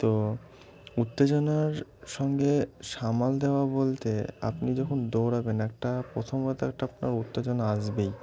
তো উত্তেজনার সঙ্গে সামাল দেওয়া বলতে আপনি যখন দৌড়াবেন একটা প্রথমমত একটা আপনার উত্তেজনা আসবেই